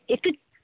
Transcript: একটু